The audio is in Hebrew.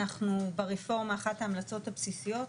ברפורמה אחת ההמלצות הבסיסיות,